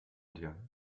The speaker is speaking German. dir